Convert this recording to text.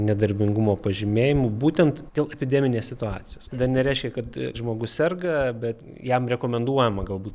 nedarbingumo pažymėjimų būtent dėl epideminės situacijos dar nereiškia kad žmogus serga bet jam rekomenduojama galbūt